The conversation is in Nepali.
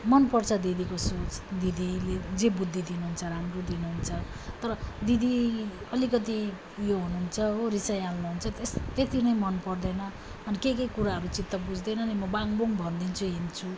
मन पर्छ दिदीको सोच दिदीले जे बुद्धि दिनु हुन्छ राम्रो दिनु हुन्छ तर दिदी अलिकति उयो हुनु हुन्छ हो रिसाइहाल्नु हुन्छ त्यस त्यति नै मन पर्दैन अनि के के कुराहरू चित्त बुझ्दैन नि म बाङ बुङ भनिदिन्छु हिँड्छु